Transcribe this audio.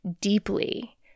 deeply